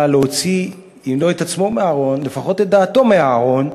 להוציא אם לא את עצמו מהארון לפחות את דעתו מהארון,